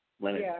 limit